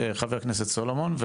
חבר הכנסת סולומון.